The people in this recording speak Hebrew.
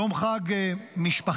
יום חג משפחתי,